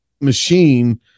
machine